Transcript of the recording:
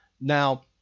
Now